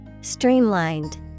Streamlined